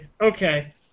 okay